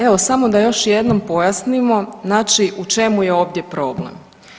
Evo samo da još jednom pojasnimo znači u čemu je ovdje problem.